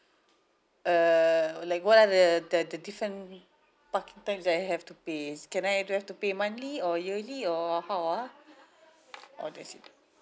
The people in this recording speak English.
uh like what are the the different parking fees that I have to pay can I do I have to pay monthly or yearly or how ah